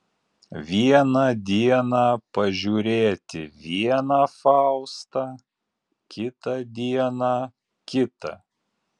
vieną dieną pažiūrėti vieną faustą kitą dieną kitą